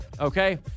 Okay